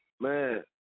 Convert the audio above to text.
Man